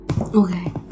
Okay